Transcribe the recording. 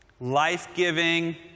life-giving